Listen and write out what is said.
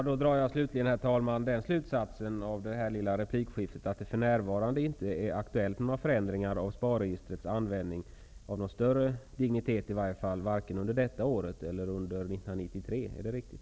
Herr talman! Jag drar av vårt replikskifte slutsatsen att det för närvarande inte är aktuellt med några förändringar av högre dignitet av SPAR-registrets användning, varken under detta år eller under 1993. Är det riktigt?